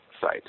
site